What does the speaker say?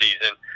season